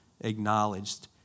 acknowledged